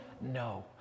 No